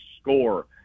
score